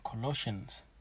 Colossians